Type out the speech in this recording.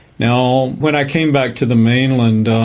now, when i came back to the mainland,